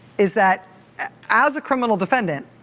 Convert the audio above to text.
is that as a criminal defendant,